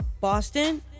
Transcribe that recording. Boston